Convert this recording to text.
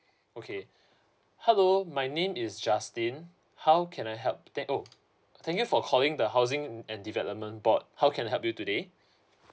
okay hello my name is justin how can I help that oh thank you for calling the housing and and development board how can I help you today